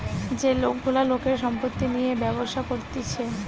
যে লোক গুলা লোকের সম্পত্তি নিয়ে ব্যবসা করতিছে